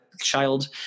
child